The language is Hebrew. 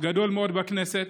גדול מאוד בכנסת,